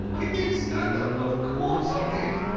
i did standup! of course, i did!